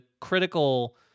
critical